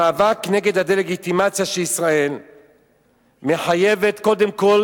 המאבק נגד הדה-לגיטימציה של ישראל מחייב קודם כול